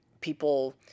people